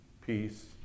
peace